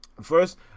first